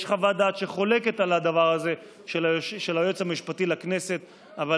יש חוות דעת של היועץ המשפטי לכנסת שחולקת על הדבר הזה.